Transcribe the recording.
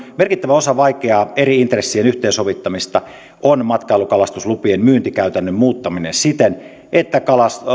merkittävä osa vaikeaa eri intressien yhteensovittamista on matkailukalastuslupien myyntikäytännön muuttaminen siten että